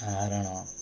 ଆହରଣ